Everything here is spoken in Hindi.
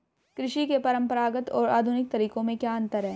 कृषि के परंपरागत और आधुनिक तरीकों में क्या अंतर है?